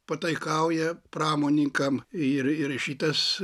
pataikauja pramoninkam ir ir šitas